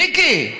מיקי,